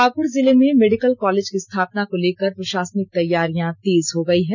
पाकड़ जिले में medical college की स्थापना को लेकर प्रशासनिक तैयारियां तेज हो गयी है